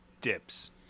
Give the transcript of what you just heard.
dips